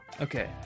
Okay